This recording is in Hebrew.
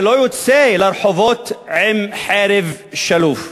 שלא יוצא לרחובות עם חרב שלופה.